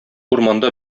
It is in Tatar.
урманда